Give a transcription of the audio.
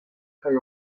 kaj